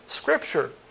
scripture